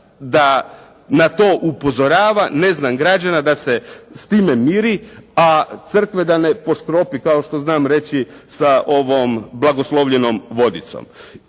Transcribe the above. da na to upozorava, građana da se s time miri, a crkve da ne poškropi, kao što znam reći, sa ovom blagoslovljenom vodicom.